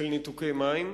של ניתוקי מים.